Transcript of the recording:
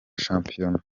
shampiyona